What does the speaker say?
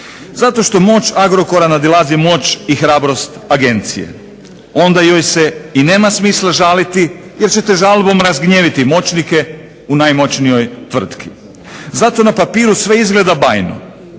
Zato što moć Agrokora nadilazi moć i hrabrost Agencije, onda joj se nema smisla žaliti jer ćete žalbom razgnjeviti moćnike u najmoćnijoj tvrtki. Zato na papiru sve izgleda bajno